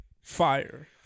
Fire